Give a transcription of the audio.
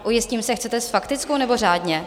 Ujistím se, chcete s faktickou, nebo řádně?